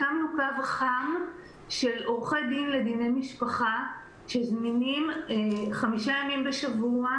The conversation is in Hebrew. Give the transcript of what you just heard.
הקמנו קו חם של עורכי דין לדיני משפחה שזמינים חמישה ימים בשבוע